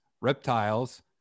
reptiles